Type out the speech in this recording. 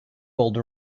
bold